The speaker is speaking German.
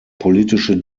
politische